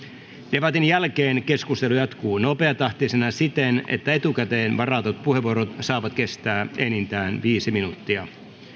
debatin jälkeen keskustelu jatkuu nopeatahtisena siten että etukäteen varatut puheenvuorot saavat kestää enintään viisi minuuttia